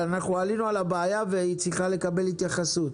אנחנו עלינו על הבעיה, והיא צריכה לקבל התייחסות.